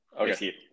Okay